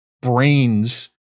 brains